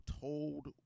told